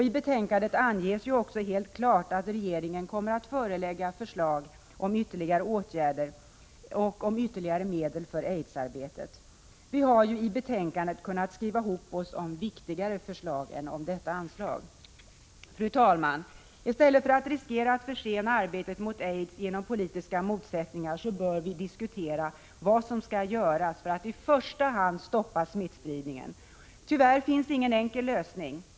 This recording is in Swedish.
I betänkandet anges också helt klart att regeringen kommer att framlägga förslag om ytterligare åtgärder och om ytterligare medel för aidsarbetet. Vi har i betänkandet kunnat skriva ihop oss om viktigare förslag än detta anslag. Fru talman! I stället för att riskera att försena arbetet mot aids genom Prot. 1985/86:109 politiska motsättningar bör vi diskutera vad som skall göras för att i första — 4 april 1986 hand stoppa smittspridningen. Det finns tyvärr ingen enkel lösning.